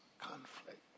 conflict